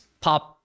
pop